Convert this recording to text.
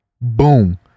boom